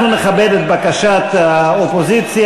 אנחנו נכבד את בקשת האופוזיציה.